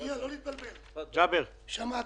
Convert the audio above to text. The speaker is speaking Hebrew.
שמעתי.